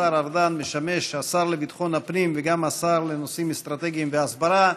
השר ארדן משמש השר לביטחון הפנים וגם השר לנושאים אסטרטגיים והסברה.